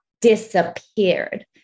disappeared